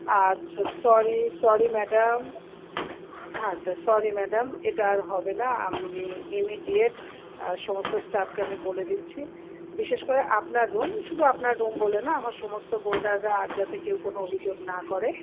আচ্ছা sorry sorry madam আচ্ছা sorry madam এটা আর হবে না আমি ইমিডিয়েট সমস্ত স্টাফকে আমি বলে দিচ্ছি বিশেষ করে আপনার রুম শুধু আপনার রুম বলে না আমার সমস্ত বোর্ডাররা আর যাতে কেউ কোনো অভিযোগ না করে